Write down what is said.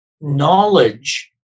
knowledge